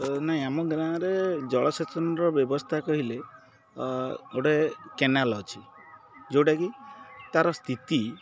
ନାଇଁ ଆମ ଗାଁରେ ଜଳସେଚନର ବ୍ୟବସ୍ଥା କହିଲେ ଗୋଟେ କେନାଲ୍ ଅଛି ଯେଉଁଟାକି ତାର ସ୍ଥିତି